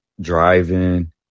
driving